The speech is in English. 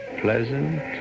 pleasant